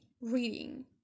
reading